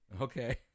okay